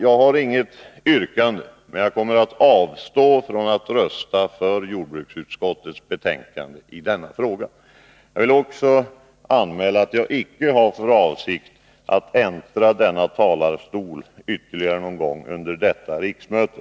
Jag har inget yrkande, men jag kommer att avstå från att rösta för jordbruksutskottets hemställan i denna fråga. Jag vill också anmäla att jag icke har för avsikt att äntra denna talarstol någon ytterligare gång under detta riksmöte.